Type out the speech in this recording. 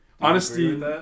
honesty